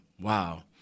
wow